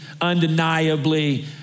undeniably